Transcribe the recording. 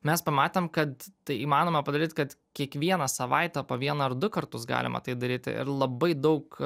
mes pamatėm kad tai įmanoma padaryt kad kiekvieną savaitę po vieną ar du kartus galima tai daryti ir labai daug